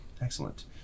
Excellent